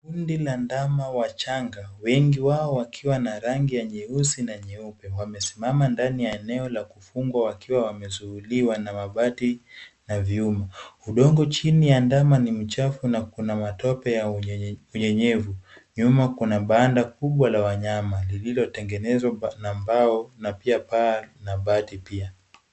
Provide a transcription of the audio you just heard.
Kundi la ndama wachanga, wengi wao wakiwa na rangi nyeusi na nyeupe. Wamesimama ndani ya eneo la kufungwa wakiwa wamezuiliwa na mabati ya vyuma. Udongo chini ya ndama ni mchafu na kuna matope ya unyenyevu. Nyuma kuna banda kubwa la wanyama lililotengenezwa na mbao na pia paa na bati pia.